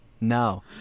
No